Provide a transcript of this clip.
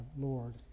Lord